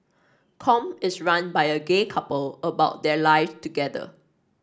Com is run by a gay couple about their life together